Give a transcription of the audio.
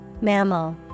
Mammal